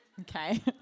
Okay